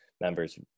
members